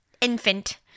infant